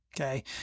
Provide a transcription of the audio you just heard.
okay